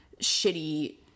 shitty